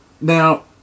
Now